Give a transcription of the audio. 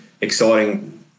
exciting